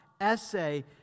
essay